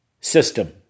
system